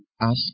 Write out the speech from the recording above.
ask